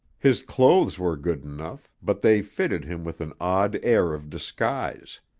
his clothes were good enough, but they fitted him with an odd air of disguise.